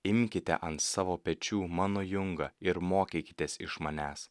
imkite ant savo pečių mano jungą ir mokykitės iš manęs